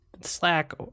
slack